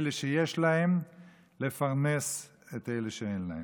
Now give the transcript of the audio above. אלה שיש להם לפרנס את אלה שאין להם.